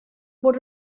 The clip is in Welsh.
bod